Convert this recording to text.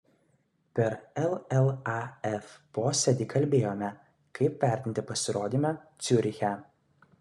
per llaf posėdį kalbėjome kaip vertinti pasirodymą ciuriche